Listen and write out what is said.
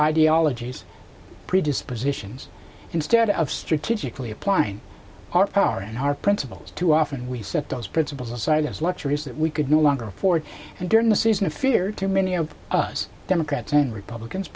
ideologies predispositions instead of strategically applying our power and our principles too often we set those principles aside as luxuries that we could no longer afford and during the season of fear too many of us democrats and republicans